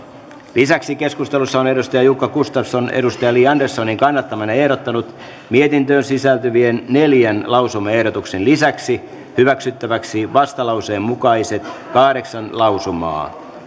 lisäksi keskustelussa on jukka gustafsson li anderssonin kannattamana ehdottanut mietintöön sisältyvien neljän lausumaehdotuksen lisäksi hyväksyttäväksi vastalauseen mukaiset kahdeksan lausumaa